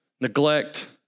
Neglect